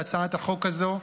להצעת החוק הזו.